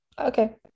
Okay